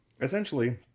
essentially